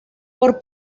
por